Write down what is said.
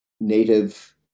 native